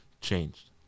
changed